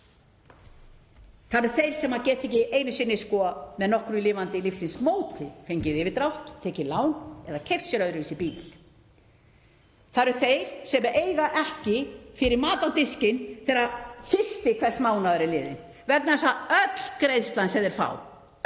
Það eru þeir sem geta ekki einu sinni með nokkru lifandi lífsins móti fengið yfirdrátt, tekið lán eða keypt sér öðruvísi bíl. Það eru þeir sem eiga ekki fyrir mat á diskinn þegar fyrsti hvers mánaðar er liðinn vegna þess að öll greiðslan sem þeir fá